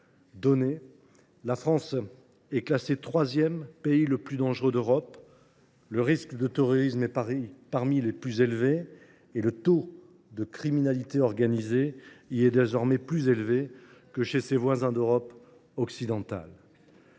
classe la France troisième pays le plus dangereux d’Europe. Le risque de terrorisme est parmi les plus élevés et le taux de criminalité organisée y est désormais plus élevé que chez nos voisins d’Europe occidentale.